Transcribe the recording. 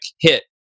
hit